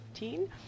2015